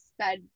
sped